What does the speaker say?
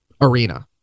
arena